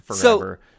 forever